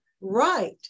right